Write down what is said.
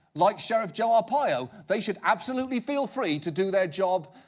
like sheriff joe arpaio, they should absolutely feel free to do their job.